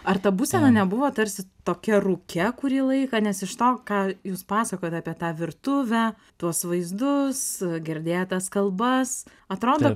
ar ta būsena nebuvo tarsi tokia rūke kurį laiką nes iš to ką jūs pasakojote apie tą virtuvę tuos vaizdus girdėtas kalbas atrodo